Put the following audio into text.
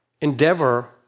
endeavor